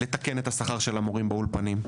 לתקן את השכר של המורים באולפנים,